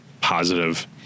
positive